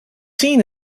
seen